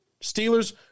Steelers